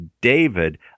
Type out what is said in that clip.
David